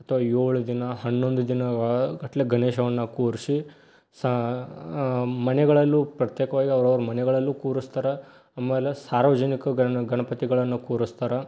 ಅಥವಾ ಏಳು ದಿನ ಹನ್ನೊಂದು ದಿನ ವಾರಗಟ್ಟಲೆ ಗಣೇಶನನ್ನ ಕೂರಿಸಿ ಸ ಮನೆಗಳಲ್ಲೂ ಪ್ರತ್ಯೇಕವಾಗಿ ಅವ್ರವ್ರ ಮನೆಗಳಲ್ಲೂ ಕೂರಿಸ್ತಾರೆ ಆಮೇಲೆ ಸಾರ್ವಜನಿಕ ಗಣ ಗಣಪತಿಗಳನ್ನು ಕೂರಿಸ್ತಾರೆ